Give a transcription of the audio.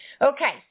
Okay